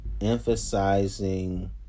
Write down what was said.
emphasizing